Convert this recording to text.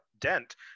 dent